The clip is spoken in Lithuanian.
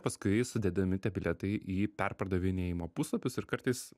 paskui sudedami tie bilietai į perpardavinėjimo puslapius ir kartais